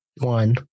one